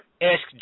ask